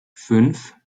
fünf